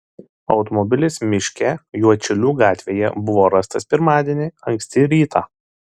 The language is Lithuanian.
automobilis miške juodšilių gatvėje buvo rastas pirmadienį anksti rytą